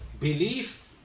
belief